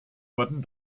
wurden